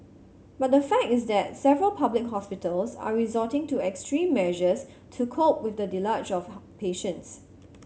but the fact is that several public hospitals are resorting to extreme measures to cope with the deluge of patients